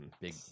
big